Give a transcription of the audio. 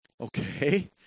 Okay